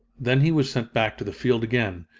then he was sent back to the field again,